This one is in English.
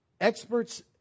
experts